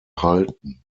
halten